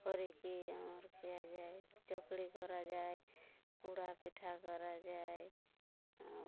କରିକି ଆମର ଖିଆଯାଏ ଚକୁଳି କରାଯାଏ ପୋଡ଼ପିଠା କରାଯାଏ ଆଉ